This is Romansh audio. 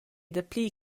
dapli